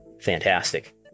fantastic